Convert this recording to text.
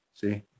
See